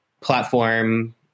platform